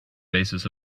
basis